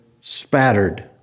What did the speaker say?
spattered